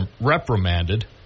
reprimanded